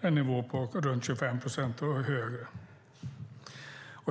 en nivå på runt 25 procent och högre.